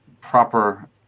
proper